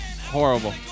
Horrible